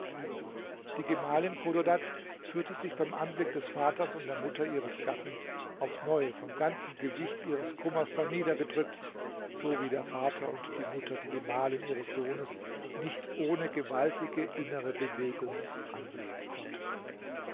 die gemahlin chodadads fühlte sich beim anblick des vaters und der mutter ihres gatten aufs neue von ganzen gewicht ihres kummers darniedergedrückt so wie der vater und die mutter die gemahlin ihres sohnes nicht ohne gewaltige innere bewegung ansehen konnten